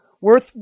Worth